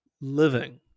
living